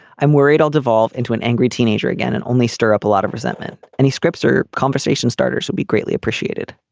i'm worried i'll devolve into an angry teenager again and only stir up a lot of resentment. any scripts or conversation starters would be greatly appreciated